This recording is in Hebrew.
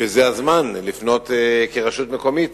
כי זה הזמן לפנות כרשות מקומית